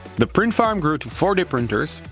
the print farm grew to forty printers,